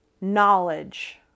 knowledge